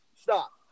stop